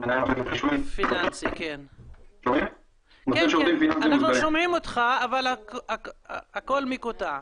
--- אנחנו שומעים אותך מקוטע.